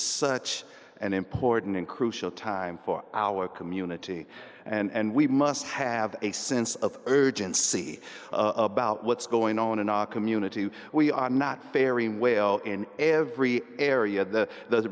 such an important and crucial time for our community and we must have a sense of urgency about what's going on in our community we are not faring well in every area of the those